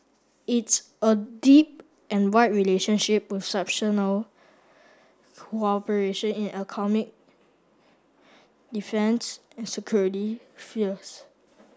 it's a deep and wide relationship with cooperation in economic defence and security spheres